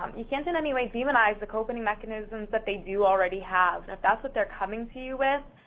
um you can't in any way demonize the coping mechanisms that they do already have. if that's what they're coming to you with,